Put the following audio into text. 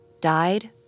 died